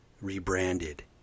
Rebranded